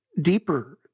deeper